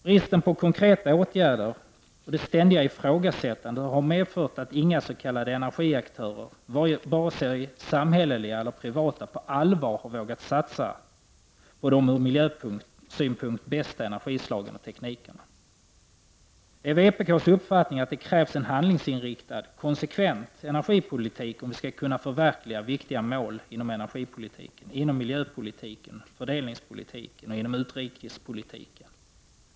Bristen på konkreta åtgärder och det ständiga ifrågasättandet har medfört att inga s.k. energiaktörer, vare sig samhälleliga eller privata, på allvar har vågat satsa på de ur miljösynpunkt bästa energislagen och teknikerna. Vpk:s uppfattning är att det krävs en handlingsinriktad, konsekvent energipolitik om vi skall kunna förverkliga viktiga mål inom miljöpolitiken, inom fördelningspolitiken och inom utrikespolitiken.